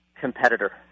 competitor